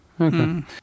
Okay